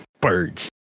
birds